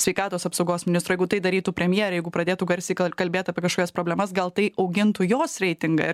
sveikatos apsaugos ministro jeigu tai darytų premjerė jeigu pradėtų garsiai kalbėt apie kažkokias problemas gal tai augintų jos reitingą